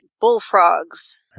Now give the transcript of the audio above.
Bullfrogs